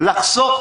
לחסוך